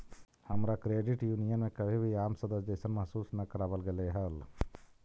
हमरा credit union में कभी भी आम सदस्य जइसन महसूस न कराबल गेलई हल